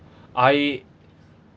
I